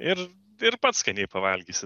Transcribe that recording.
ir ir pats skaniai pavalgysit